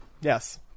Yes